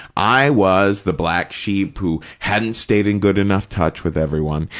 i was the black sheep who hadn't stayed in good enough touch with everyone,